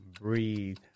Breathe